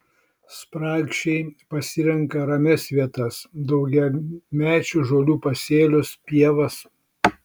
spragšiai pasirenka ramias vietas daugiamečių žolių pasėlius pievas